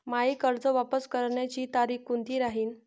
मायी कर्ज वापस करण्याची तारखी कोनती राहीन?